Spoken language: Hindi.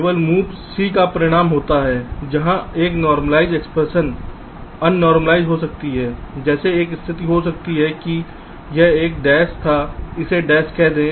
केवल मूव c का परिणाम हो सकता है जहां एक नॉर्मलाइज़ एक्सप्रेशन अन नॉर्मलाइज़ हो सकती है जैसे एक स्थिति हो सकती है की यह एक डैश था इसे डैश कह दें